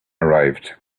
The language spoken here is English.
arrived